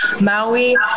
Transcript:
maui